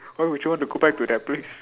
why would you want to go back to that place